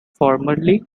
formerly